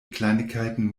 kleinigkeiten